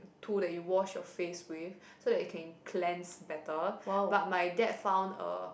through they wash your face with so they can cleanse better but my dad found a